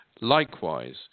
likewise